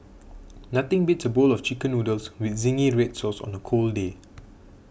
nothing beats a bowl of Chicken Noodles with Zingy Red Sauce on a cold day